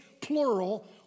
plural